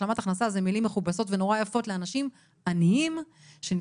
השלמת הכנסה - זה מילים מכובסות ונורא יפות לאנשים עניים שם